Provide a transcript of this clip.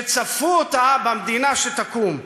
שצפו אותה במדינה שתקום.